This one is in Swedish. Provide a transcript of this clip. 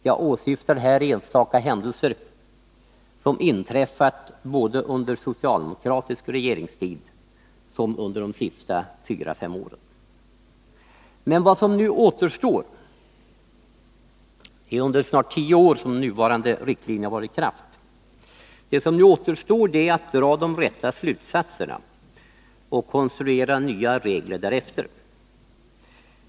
Jag åsyftar här enstaka händelser som inträffat både under socialdemokratisk regeringstid och under de senaste fyra till fem åren. De nuvarande riktlinjerna har ju varit i kraft i snart tio år. Vad som nu återstår är att dra de rätta slutsatserna och konstruera reglerna därefter.